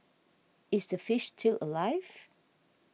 is the fish still alive